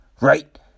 Right